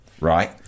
right